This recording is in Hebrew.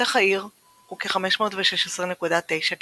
שטח העיר הוא כ־516.9 קמ"ר,